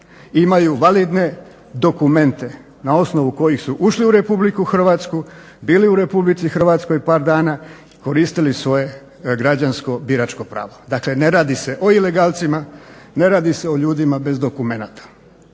imaju validne dokumente na osnovu kojih su ušli u RH, bili u RH par dana i koristili svoje biračko pravo. Dakle ne radi se o ilegalcima, ne radi se o ljudima bez dokumenata.